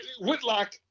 Whitlock